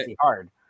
hard